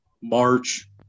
March